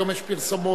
יש היום פרסומות,